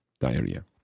diarrhea